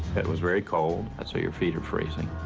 it was very cold, so your feet are freezing.